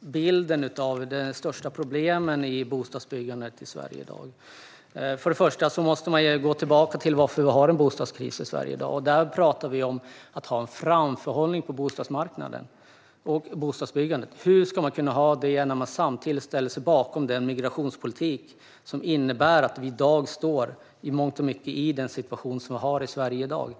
bilden av de största problemen i bostadsbyggandet i Sverige i dag. Först måste man gå tillbaka till varför vi har en bostadskris i Sverige i dag. Vi pratar om att ha en framförhållning på bostadsmarknaden och i bostadsbyggandet. Hur ska man kunna ha det när man samtidigt ställer sig bakom den migrationspolitik som i mångt och mycket är det som innebär att vi i dag står i den situation som vi har?